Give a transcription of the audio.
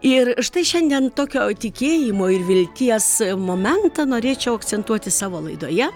ir štai šiandien tokio tikėjimo ir vilties momentą norėčiau akcentuoti savo laidoje